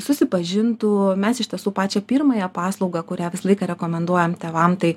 susipažintų mes iš tiesų pačią pirmąją paslaugą kurią visą laiką rekomenduojam tėvam tai